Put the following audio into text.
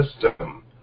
system